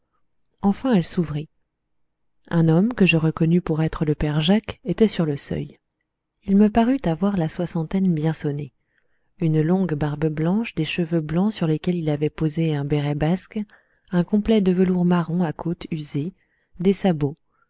enfin elle s'ouvrit un homme que je reconnus pour être le père jacques était sur le seuil il me parut avoir la soixantaine bien sonnée une longue barbe blanche des cheveux blancs sur lesquels il avait posé un béret basque un complet de velours marron à côtes usé des sabots